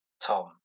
Tom